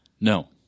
No